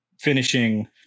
finishing